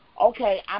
Okay